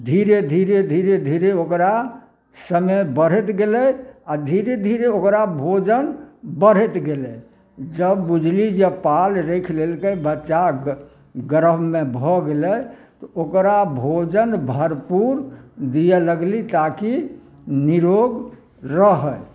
धीरे धीरे धीरे धीरे ओकरा सङ्गे बढ़ैत गेलै आ धीरे धीरे ओकरा भोजन बढ़ैत गेलै जब बुझली जे पाल राखि लेलकै बच्चा गर्भ मे भऽ गेलै तऽ ओकरा भोजन भरपूर दिअ लगली ताकि निरोग रहै